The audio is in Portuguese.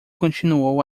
continuou